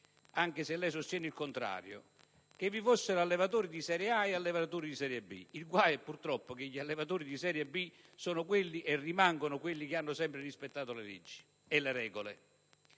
anche se lei sostiene il contrario, che vi fossero allevatori di serie A e allevatori di serie B; il guaio è purtroppo che di serie B sono e rimangono quelli che hanno sempre rispettato le leggi e le regole.